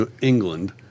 England